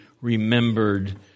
remembered